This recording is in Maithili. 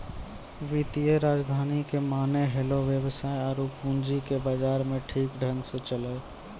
वित्तीय राजधानी के माने होलै वेवसाय आरु पूंजी के बाजार मे ठीक ढंग से चलैय